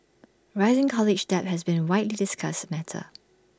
rising college debt has been A widely discussed matter